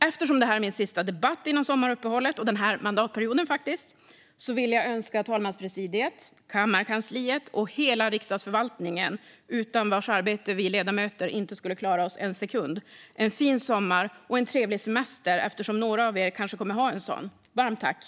Eftersom detta är min sista debatt före sommaruppehållet och för denna mandatperiod vill jag önska talmanspresidiet, kammarkansliet och hela Riksdagsförvaltningen, utan vars arbete vi ledamöter inte skulle klara oss en sekund, en fin sommar och en trevlig semester - eftersom några av er kanske kommer att ha en sådan. Varmt tack!